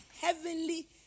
heavenly